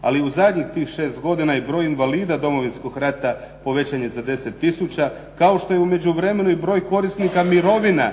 ali u zadnjih tih 6 godina i broj invalida Domovinskog rata povećan je za 10 tisuća kao što je u međuvremenu i broj korisnika mirovina